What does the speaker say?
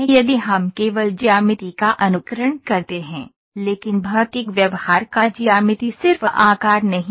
यदि हम केवल ज्यामिति का अनुकरण करते हैं लेकिन भौतिक व्यवहार का ज्यामिति सिर्फ आकार नहीं है